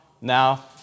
now